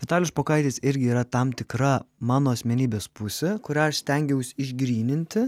vitalijus špokaitis irgi yra tam tikra mano asmenybės pusė kurią aš stengiaus išgryninti